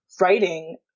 writing